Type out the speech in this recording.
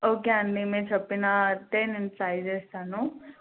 okay అండి మీరు చెప్పినట్టు నేను ట్రై చేస్తాను